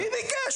מי ביקש?